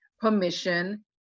permission